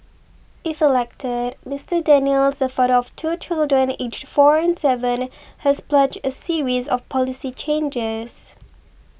if elected Mister Daniels the father of two children aged four and seven has pledged a series of policy changes